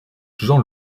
jean